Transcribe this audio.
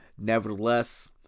Nevertheless